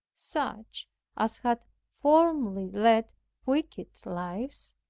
such as had formerly led wicked lives,